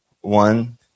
One